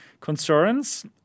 concerns